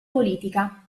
politica